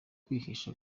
kwihesha